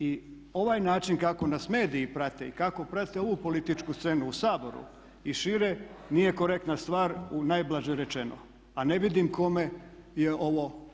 I ovaj način kako nas mediji prate i kako prate ovu političku scenu u Saboru i šire nije korektna stvar u najblaže rečeno a ne vidim kome je ovo potrebno.